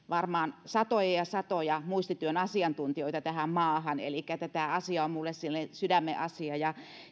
varmaan satoja ja satoja muistityön asiantuntijoita tähän maahan elikkä tämä asia on minulle silleen sydämenasia ja